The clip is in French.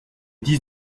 dix